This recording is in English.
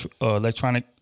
electronic